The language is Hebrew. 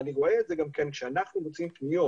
אני רואה את זה גם כשאנחנו מוציאים פניות